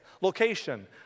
location